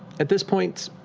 at this point,